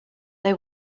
they